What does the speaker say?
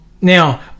Now